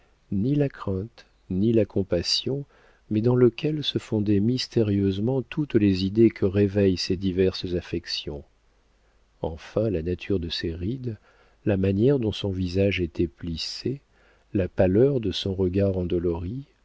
ni la crainte ni la compassion mais dans lequel se fondaient mystérieusement toutes les idées que réveillent ces diverses affections enfin la nature de ses rides la manière dont son visage était plissé la pâleur de son regard endolori